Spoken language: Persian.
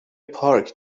پارک